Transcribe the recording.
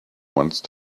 once